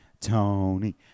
Tony